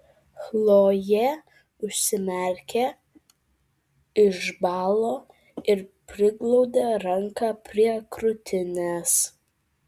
chlojė užsimerkė išbalo ir priglaudė ranką prie krūtinės